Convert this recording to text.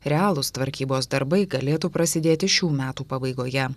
realūs tvarkybos darbai galėtų prasidėti šių metų pabaigoje